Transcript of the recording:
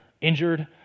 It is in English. injured